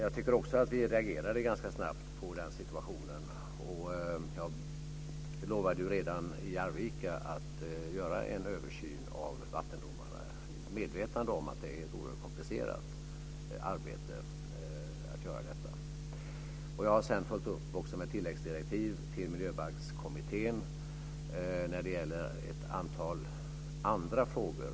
Jag tycker också att vi reagerade ganska snabbt på den situationen. Jag lovade ju redan i Arvika att göra en översyn av vattendomarna, i medvetande om att det är ett oerhört komplicerat arbete att göra detta. Jag har sedan följt upp med tilläggsdirektiv till Miljöbalkskommittén när det gäller ett antal andra frågor.